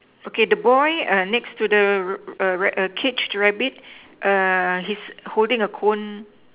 okay the boy err next to the rab~ err caged rabbits err he's holding a cone